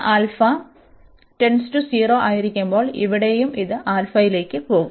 ആയിരിക്കുമ്പോൾ ഇവിടെയും ഇത് ലേക്ക്പോകും